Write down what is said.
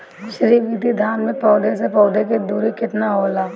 श्री विधि धान में पौधे से पौधे के दुरी केतना होला?